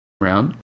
round